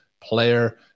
player